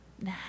Nah